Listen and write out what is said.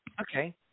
Okay